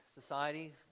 society